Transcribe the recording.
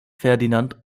ferdinand